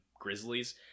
Grizzlies